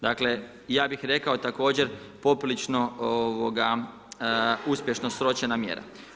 Dakle, ja bih rekao također poprilično uspješno sročena mjera.